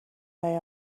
they